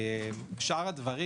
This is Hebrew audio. שאר הדברים,